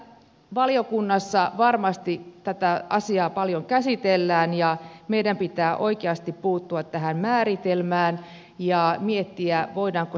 valiokunnassa varmasti tätä asiaa paljon käsitellään ja meidän pitää oikeasti puuttua tähän määritelmäasiaan ja miettiä voidaanko se tehdä